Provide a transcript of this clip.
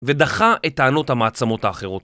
ודחה את טענות המעצמות האחרות.